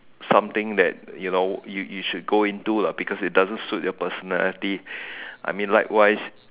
something that you know you should go into lah because it doesn't suit your personality I mean likewise